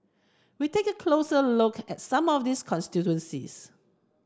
we take a closer look at some of these constituencies